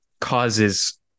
causes